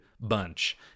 bunch